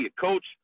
coach